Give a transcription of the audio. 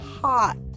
Hot